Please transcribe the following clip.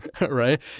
right